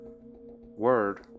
word